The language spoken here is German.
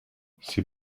sie